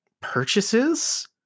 purchases